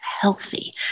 healthy